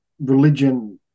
religion